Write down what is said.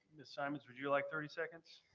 miss simonds would you like thirty seconds.